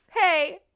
hey